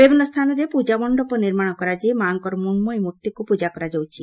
ବିଭିନ୍ନ ସ୍ଥାନରେ ପୂଜାମଣ୍ଡପ ନିର୍ମାଣ କରାଯାଇ ମା'ଙ୍କର ମୃଶ୍ମୟୀ ମୃଭ୍ତିକୁ ପୃଜାକରାଯାଉଛି